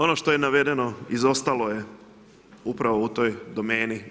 Ono što je navedeno izostalo je upravo u toj domeni.